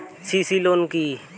CC loan কি?